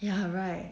ya right